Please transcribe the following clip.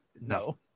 No